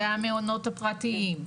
והמעונות הפרטיים,